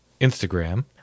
Instagram